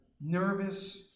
nervous